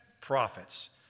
prophets